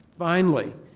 finally,